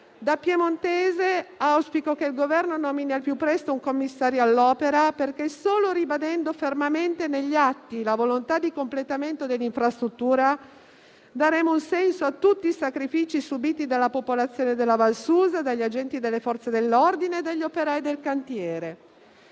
Da piemontese auspico che il Governo nomini al più presto un commissario all'opera perché, solo ribadendo fermamente negli atti la volontà di completamento dell'infrastruttura, daremo un senso a tutti i sacrifici subiti dalla popolazione della Val di Susa, dagli agenti delle Forze dell'ordine e dagli operai del cantiere.